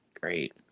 Great